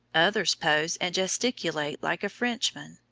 others pose and gesticulate like a frenchman.